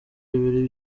bibiri